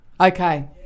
Okay